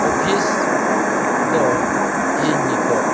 office ᱫᱚ ᱤᱧ ᱱᱤᱛᱚᱜ